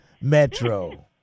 Metro